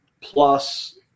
plus